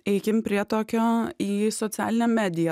eikim prie tokio į socialinę mediją